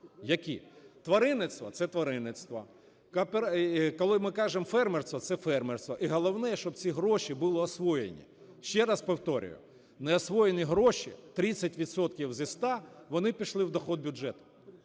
які. Тваринництво – це тваринництво. Коли ми кажемо фермерство – це фермерство. І головне, щоб ці гроші були освоєні. Ще раз повторюю, неосвоєні гроші, 30 відсотків зі 100, вони пішли в доход бюджету.